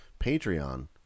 Patreon